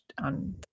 on